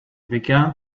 began